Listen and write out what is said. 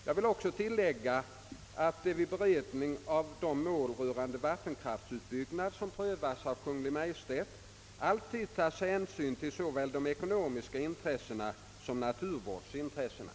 Jag vill också tillägga att det vid beredningen av de mål rörande vattenkraftutbyggnad, som prövas av Kungl. Maj:t, alltid tas hänsyn till såväl de ekonomiska intressena som naturvårdsintressena.